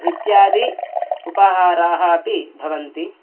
इत्यादि उपहाराः अपि भवन्ति